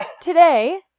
today